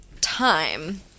time